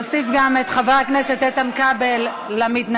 להוסיף גם את חבר הכנסת איתן כבל למתנגדים